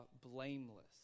blameless